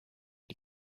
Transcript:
die